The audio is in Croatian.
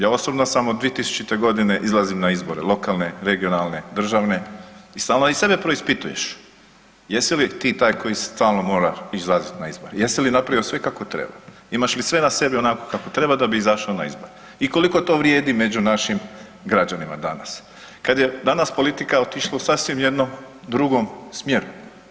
Ja osobno sam od 2000.g. izlazim na izbore lokalne, regionalne, državne i stalno i sebe preispituješ jesi li ti taj koji stalno mora izlaziti na izbore, jesi li napravio sve kako treba, imaš li sve na sebi onako kako treba da bi izašao na izbore i koliko to vrijedi među našim građanima danas, kad je danas politika otišla u sasvim jednom drugom smjeru.